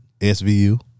SVU